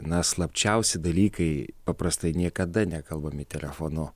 na slapčiausi dalykai paprastai niekada nekalbami telefonu